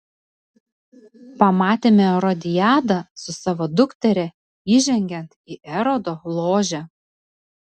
pamatėme erodiadą su savo dukteria įžengiant į erodo ložę